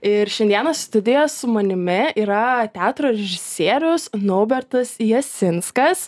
ir šiandieną studijoj su manimi yra teatro režisierius naubertas jasinskas